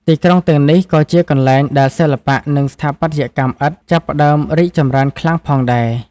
ទីក្រុងទាំងនេះក៏ជាកន្លែងដែលសិល្បៈ និងស្ថាបត្យកម្មឥដ្ឋចាប់ផ្តើមរីកចម្រើនខ្លាំងផងដែរ។